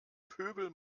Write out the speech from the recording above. pöbel